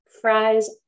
fries